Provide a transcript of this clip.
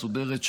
מסודרת,